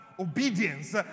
obedience